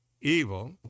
evil